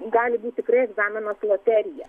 gali būt tikrai egzaminas loterija